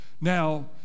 Now